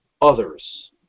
others